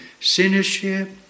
sinnership